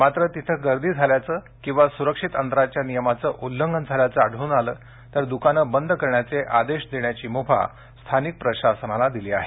मात्र तिथं गर्दी झाल्याचं किंवा सुरक्षित अंतराच्या नियमाचं उल्लंघन झाल्याचं आढळून आलं तर ही दुकानं बंद करण्याचे आदेश देण्याची मुभा स्थानिक प्रशासनाला दिली आहे